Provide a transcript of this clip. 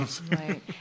Right